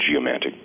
geomantic